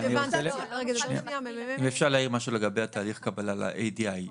אם אפשר להעיר משהו לגבי תהליך הקבלה ל-ADI.